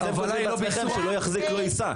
אבל כתוב לא יחזיק ולא יישא.